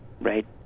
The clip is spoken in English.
right